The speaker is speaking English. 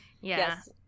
Yes